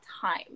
time